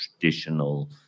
traditional